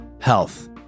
health